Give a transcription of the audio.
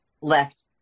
left